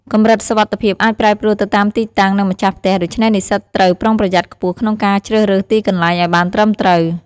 កម្រិតសុវត្ថិភាពអាចប្រែប្រួលទៅតាមទីតាំង និងម្ចាស់ផ្ទះ ដូច្នេះនិស្សិតត្រូវប្រុងប្រយ័ត្នខ្ពស់ក្នុងការជ្រើសរើសទីកន្លែងឱ្យបានត្រឹមត្រូវ។